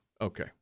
Okay